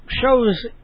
shows